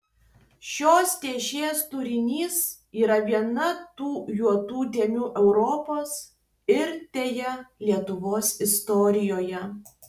šios dėžės turinys yra viena tų juodų dėmių europos ir deja lietuvos istorijoje